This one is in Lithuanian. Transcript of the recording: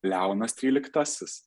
leonas tryliktasis